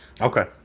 Okay